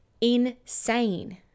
insane